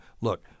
look